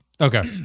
okay